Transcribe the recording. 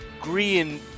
Green